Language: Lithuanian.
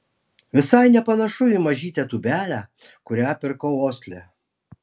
visai nepanašu į mažytę tūbelę kurią pirkau osle